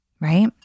right